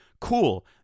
cool